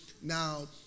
Now